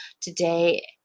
today